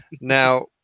Now